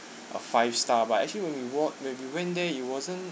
a five star but actually when we walk when we went there it wasn't